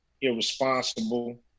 irresponsible